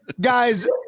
guys